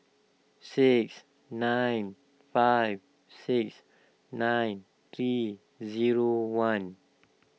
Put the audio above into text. six nine five six nine three zero one